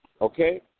okay